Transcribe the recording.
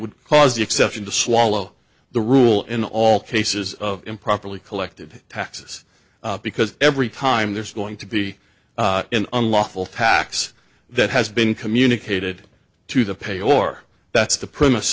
would cause the exception to swallow the rule in all cases of improperly collected taxes because every time there's going to be an unlawful tax that has been communicated to the pay or that's the promise